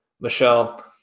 Michelle